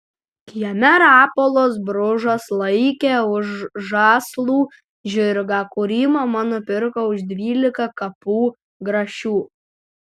kieme rapolas bružas laikė už žąslų žirgą kurį mama nupirko už dvylika kapų grašių